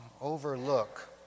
overlook